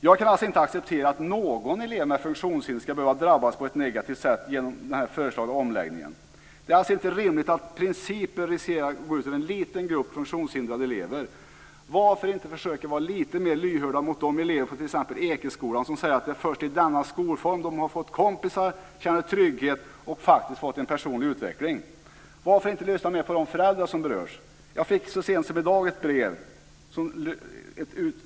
Jag kan alltså inte acceptera att någon elev med funktionshinder ska behöva drabbas på ett negativt sätt genom den föreslagna omläggningen. Det är alltså inte rimligt att principer riskerar att gå ut över en liten grupp funktionshindrade elever. Varför inte försöka vara lite mer lyhörd mot de elever t.ex. i Ekeskolan som säger att det är först i denna skolform som de har fått kompisar, känner trygghet och faktiskt fått en personlig utveckling? Varför inte lyssna på de föräldrar som berörs? Jag fick så sent som i dag ett brev.